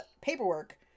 paperwork